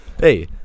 Hey